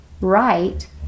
right